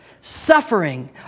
suffering